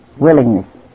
Willingness